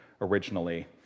originally